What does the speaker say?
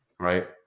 right